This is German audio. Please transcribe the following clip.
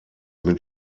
mit